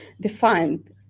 defined